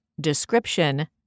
description